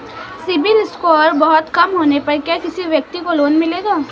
CIBIL score बहुत कम होने पर क्या किसी व्यक्ति को लोंन मिलेगा?